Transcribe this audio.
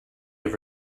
have